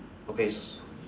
okay s~